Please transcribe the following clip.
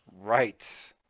Right